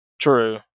True